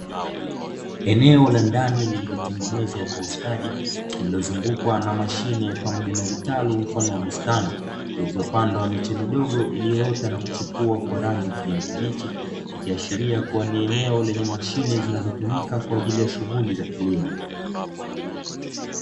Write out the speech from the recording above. Eneo la ndani lililotengenezwa kwa ustadi, lilizongukwa na mashine pamoja na vitalu mfano wa bustani, zilizopandwa miche midogo iliyoota na kuchipua kwa rangi ya kijani kibichi, ikiashiria kua ni eneo linalotumika kwa ajili ya mashine za kilimo.